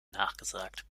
nachgesagt